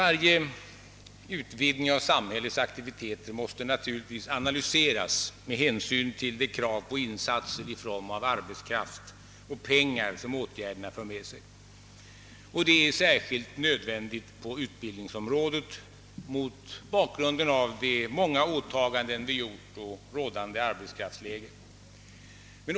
Varje utbildning av samhällets aktiviteter måste naturligtvis analyseras med hänsyn till de krav på insatser i form av arbetskraft och pengar som åtgärderna för med sig, Det är speciellt nödvändigt på utbildningsområdet mot bakgrund av de många åtaganden vi har och rådande arbetskraftsläge.